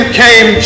came